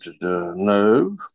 No